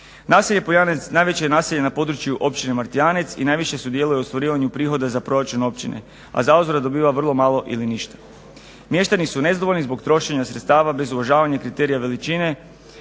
Naselje POljanec najveće je naselje na području Općine Martijanec i najviše sudjeluje u ostvarivanju prihoda za proračun općine, a zauzvrat dobiva vilo malo ili ništa. Mještani su nezadovoljni zbog trošenja sredstava bez uvažavanja kriterija veličine